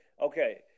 okay